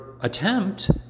attempt